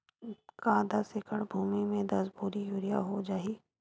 का दस एकड़ भुमि में दस बोरी यूरिया हो जाही?